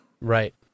Right